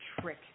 trick